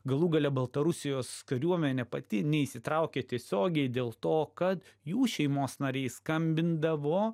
galų gale baltarusijos kariuomenė pati neįsitraukia tiesiogiai dėl to kad jų šeimos nariai skambindavo